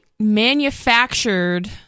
manufactured